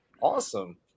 awesome